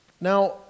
Now